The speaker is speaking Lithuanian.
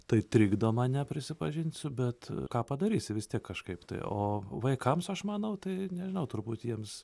tai trikdo mane prisipažinsiu bet ką padarysi vis tiek kažkaip tai o vaikams aš manau tai nežinau turbūt jiems